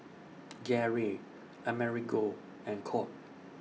Garey Amerigo and Colt